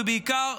ובעיקר,